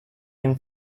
him